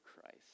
Christ